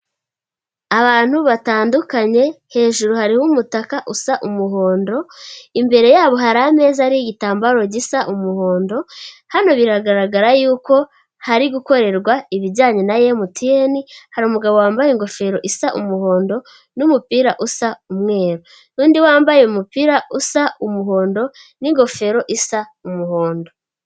Abantu batandukanye hejuru hariho umutaka usa umuhondo, imbere yabo hari ameza ariho igitambaro gisa umuhondo, hano biragaragara yuko hari gukorerwa ibijyanye na mtn, hari umugabo wambaye ingofero isa umuhondo n'umupira usa umweru, n'undi wambaye umupira usa umuhondo n'ingofero isa umuhondo.